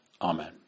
Amen